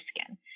skin